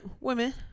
women